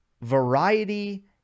Variety